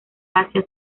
asia